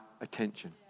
attention